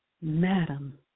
Madam